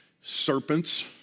Serpents